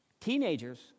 Teenagers